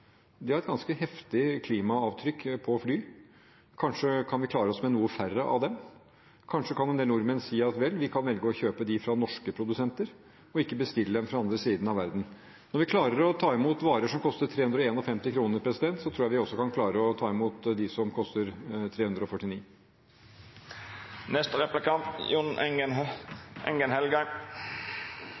et ganske heftig klimaavtrykk fra fly. Kanskje kan vi klare oss med noen færre av dem – kanskje kan en del nordmenn si at vel, vi kan velge å kjøpe dem fra norske produsenter og ikke bestille dem fra den andre siden av verden. Når vi klarer å ta imot varer som koster 351 kr, tror jeg vi også kan klare å ta imot dem som koster 349